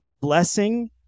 blessing